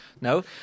no